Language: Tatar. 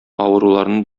авыруларны